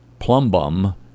plumbum